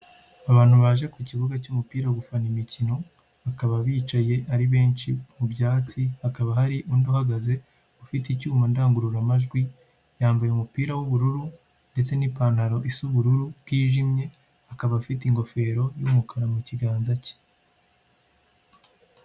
Abantu baje ku kibuga cy'umupira gufana imikino, bakaba bicaye ari benshi mu byatsi hakaba hari undi uhagaze ufite icyuma ndangururamajwi yambaye umupira w'ubururu ndetse n'ipantaro isa ubururu bwijimye, akaba afite ingofero y'umukara mu kiganza cye.